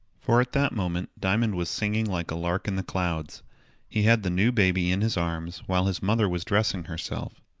for at that moment diamond was singing like a lark in the clouds. he had the new baby in his arms, while his mother was dressing herself.